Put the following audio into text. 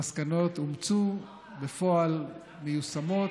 המסקנות אומצו, בפועל מיושמות,